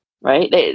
right